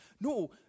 No